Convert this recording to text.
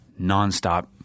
nonstop